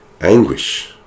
anguish